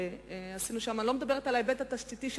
אני לא מדברת על ההיבט התשתיתי,